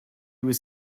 was